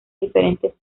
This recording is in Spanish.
diferentes